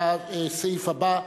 לסעיף הבא,